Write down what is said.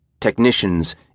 Technicians